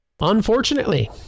Unfortunately